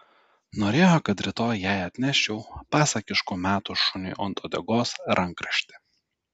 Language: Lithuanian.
norėjo kad rytoj jai atneščiau pasakiškų metų šuniui ant uodegos rankraštį